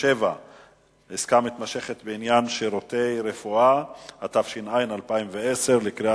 (סמכויות מאבטחים), התש"ע 2010 עברה בקריאה